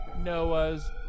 Noah's